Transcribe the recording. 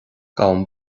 gabhaim